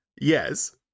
Yes